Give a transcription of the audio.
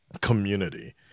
community